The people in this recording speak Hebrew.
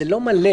זה לא מלא.